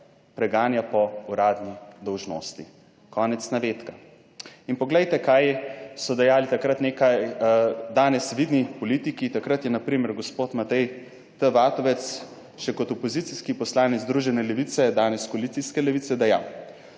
preganja po uradni dolžnosti«. In poglejte, kaj so dejali takrat, nekaj danes vidni politiki, takrat je na primer gospod Matej T. Vatovec še kot opozicijski poslanec Združene levice, danes koalicijske levice dejal.